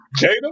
Jada